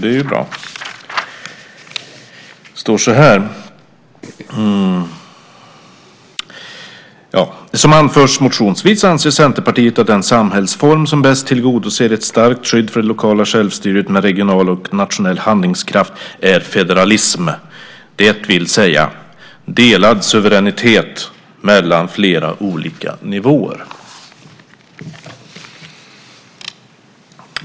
Det står så här: "Som anförs motionsvis anser Centerpartiet att den samhällsform som bäst tillgodoser ett starkt skydd för det lokala självstyret med regional och nationell handlingskraft är federalism, dvs. delad suveränitet mellan flera olika nivåer."